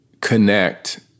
connect